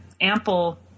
ample